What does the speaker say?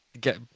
Get